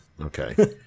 Okay